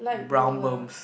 brown berm